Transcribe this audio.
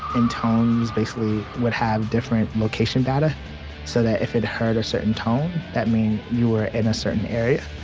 and tones basically would have different location data so that if it heard a certain tone that mean you were in a certain area,